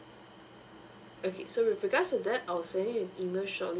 okay so with regard to that I will sending you an email shortly